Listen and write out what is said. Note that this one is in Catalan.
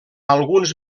alguns